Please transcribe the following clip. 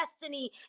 destiny